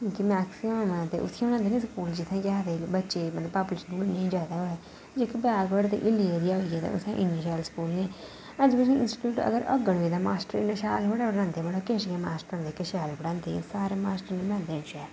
कि मैक्सिमम उत्थें गै होंदे नि स्कूल जित्थें केह् आखदे बच्चे पापूलेशन जादा होऐ जेह्के बैकबर्ड ते हिली एरिया होई गे उत्थें इन्ने स्कूल निं हैन ऐजुकेशन इंस्टिटयूशन अगर होङन बी ते मास्टर इन्ना शैल थोह्ड़ा पढ़ांदे किश मास्टर होंदे जेह्के शैल पढ़ांदे सारे मास्टर निं पढ़ांदे हैन शैल